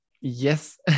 Yes